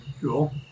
Cool